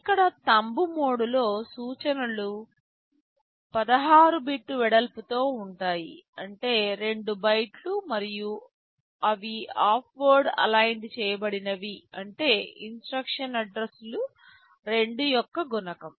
ఇక్కడ థంబ్ మోడ్లో సూచనలు 16 బిట్ వెడల్పుతో ఉంటాయి అంటే 2 బైట్లు మరియు అవి హాఫ్ వర్డ్ అలైన్డ్ చేయబడినవి అంటే ఇన్స్ట్రక్షన్ అడ్రస్సులు 2 యొక్క గుణకం